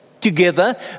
together